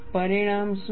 પરિણામ શું છે